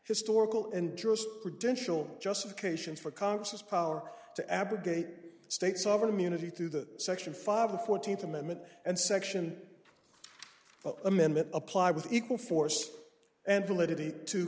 historical interest credential justification for congress's power to abrogate states over munity through the section five the fourteenth amendment and section of amendment apply with equal force and validity to